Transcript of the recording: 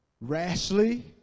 rashly